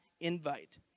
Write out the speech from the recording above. invite